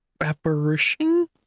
apparition